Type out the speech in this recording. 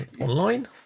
online